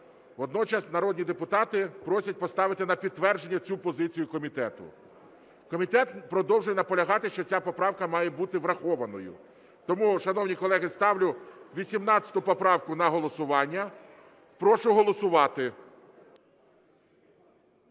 Водночас народні депутати просять поставити на підтвердження цю позицію комітету. Комітет продовжує наполягати, що ця поправка має бути врахованою. Тому, шановні колеги, ставлю 18 поправку на голосування. Прошу голосувати.